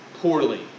poorly